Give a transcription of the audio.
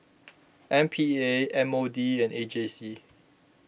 M P A M O D and A J C